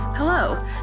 Hello